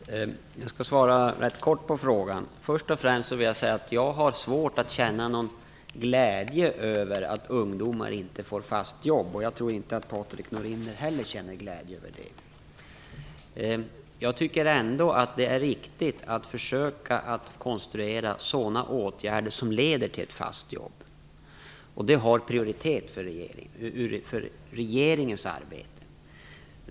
Fru talman! Jag skall svara rätt kort på frågan. Först och främst vill jag säga att jag har svårt att känna någon glädje över att ungdomar inte får fast jobb. Jag tror inte att Patrik Norinder heller känner någon glädje över det. Jag tycker ändå att det är riktigt att försöka konstruera sådana åtgärder som leder till fast jobb. Det har prioritet i regeringens arbete.